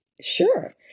Sure